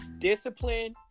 discipline